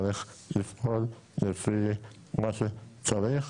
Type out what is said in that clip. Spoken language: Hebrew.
צריך לפעול לפי מה שצריך